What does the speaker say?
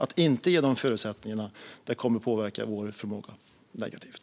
Att inte ge de förutsättningarna kommer att påverka vår förmåga negativt.